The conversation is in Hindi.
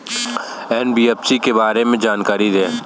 एन.बी.एफ.सी के बारे में जानकारी दें?